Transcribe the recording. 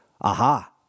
aha